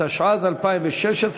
התשע"ז 2016,